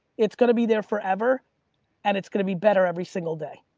it's gonna be there forever and it's gonna be better every single day.